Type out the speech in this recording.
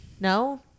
No